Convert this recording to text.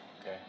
Okay